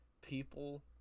people